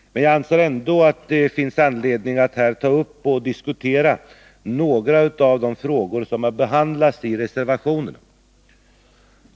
Jag anser ändå att det finns anledning att här ta upp och diskutera några av de frågor som behandlas i reservationerna.